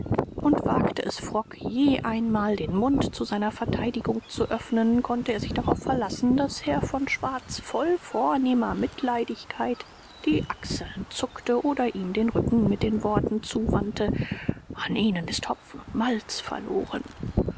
und wagte es frock je einmal den mund zu seiner verteidigung zu öffnen konnte er sich darauf verlassen daß herr von schwarz voll vornehmer mitleidigkeit die achseln zuckte oder ihm den rücken mit den worten zuwandte an ihnen ist hopfen und malz verloren